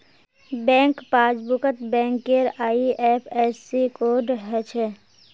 bank पासबुकत बैंकेर IFSC code हछे